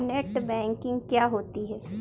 Net banking क्या होता है?